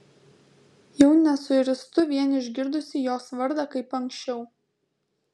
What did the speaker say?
jau nesuirztu vien išgirdusi jos vardą kaip anksčiau